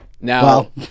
Now